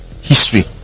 history